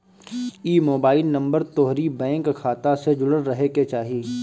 इ mobile number तोहरी bank खाता से जुड़ल रहे के चाही